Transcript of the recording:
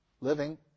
living